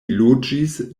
loĝis